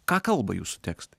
ką kalba jūsų tekstai